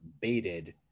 baited